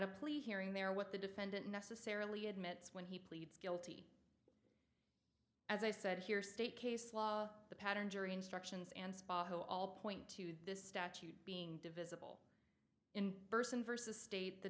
plea hearing there what the defendant necessarily admits when he pleads guilty as i said here state case law the pattern jury instructions and spa all point to this statute being divison in person versus state the